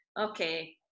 Okay